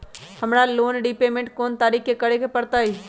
हमरा loan repayment कोन तारीख के करे के परतई?